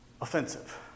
offensive